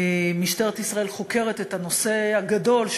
משטרת ישראל חוקרת את הנושא הגדול,